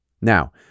Now